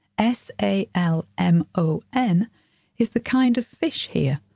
s a l m o n is the kind of fish here.